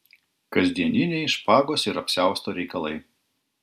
kasdieniniai špagos ir apsiausto reikalai